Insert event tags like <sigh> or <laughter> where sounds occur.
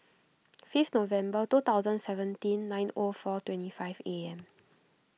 <noise> fifth November two thousand seventeen nine O four twenty five A M